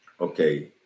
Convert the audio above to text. okay